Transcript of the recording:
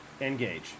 Engage